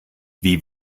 wie